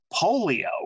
polio